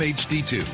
hd2